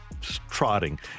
trotting